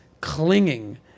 clinging